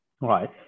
right